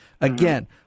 Again